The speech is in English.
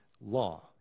law